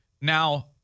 Now